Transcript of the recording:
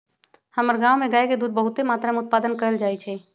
हमर गांव में गाय के दूध बहुते मत्रा में उत्पादन कएल जाइ छइ